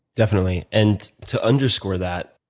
definitely, and to underscore that,